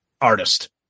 artist